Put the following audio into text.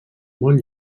molt